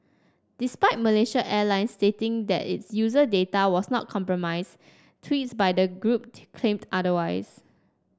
despite Malaysia Airlines stating that its user data was not compromised tweets by the group claimed otherwise